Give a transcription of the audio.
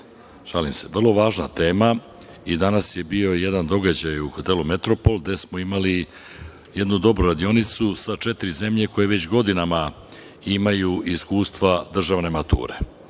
i red je. Vrlo važna tema. I danas je bio jedan događaj u hotelu „Metropol“, gde smo imali jednu dobru radionicu sa četiri zemlje koje već godinama imaju iskustva državne mature.